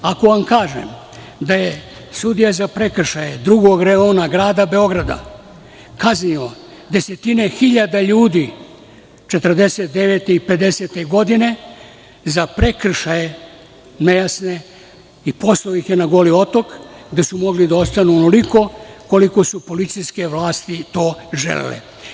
Ako vam kažem da je sudija za prekršaje drugog reona grada Beograda, kaznio desetine hiljada ljudi 1949. i 1950. godine za prekršaje nejasne i poslao ih je na Goli otok, gde su mogli da ostanu onoliko koliko su policijske vlasti to želele.